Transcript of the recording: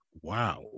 Wow